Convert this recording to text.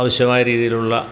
ആവശ്യമായ രീതിയിലുള്ള